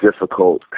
difficult